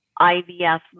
IVF